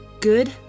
Good